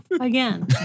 again